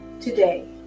today